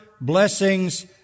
blessings